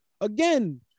again